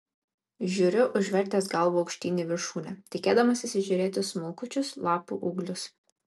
žiūriu užvertęs galvą aukštyn į viršūnę tikėdamasis įžiūrėti smulkučius lapų ūglius